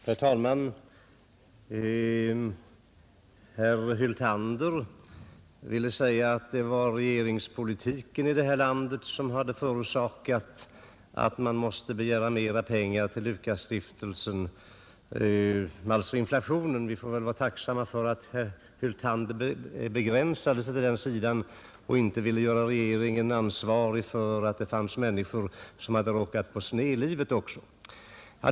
Herr talman! Herr Hyltander menade att det var regeringspolitiken i det här landet som hade förorsakat att man måste begära mera pengar till Lukasstiftelsen. Orsaken var alltså inflationen, Vi får väl vara tacksamma för att herr Hyltander begränsade sig till den sidan och inte ville göra regeringen ansvarig också för att det fanns människor som hade råkat på sned i livet.